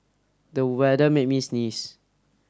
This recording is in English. the weather made me sneeze